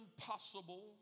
impossible